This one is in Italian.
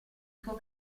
suo